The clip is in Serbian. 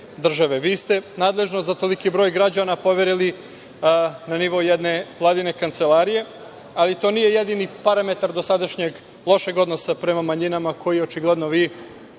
Vi ste nadležnost za toliki broj građana poverili na nivo jedne vladine kancelarije, ali to nije jedini parametar dosadašnjeg lošeg odnosa prema manjinama, koji očigledno vi